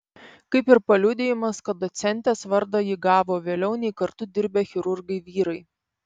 kaip ir paliudijimas kad docentės vardą ji gavo vėliau nei kartu dirbę chirurgai vyrai